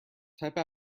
type